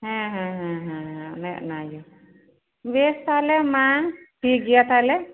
ᱦᱮᱸ ᱦᱮᱸ ᱦᱮᱸ ᱦᱮᱸ ᱚᱱᱮ ᱚᱱᱟ ᱜᱮ ᱵᱮᱥ ᱛᱟᱦᱚᱞᱮ ᱢᱟ ᱴᱷᱤᱠ ᱜᱮᱭᱟ ᱛᱟᱦᱚᱞᱮ